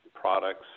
products